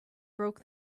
broke